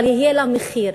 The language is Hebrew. אבל יהיה לה מחיר,